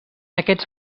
aquests